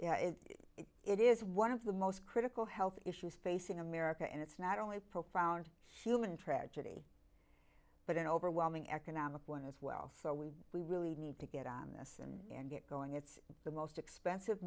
there it is one of the most critical health issues facing america and it's not only a profound human tragedy but an overwhelming economic one as well so we we really need to get on this and get going it's the most expensive